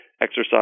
exercise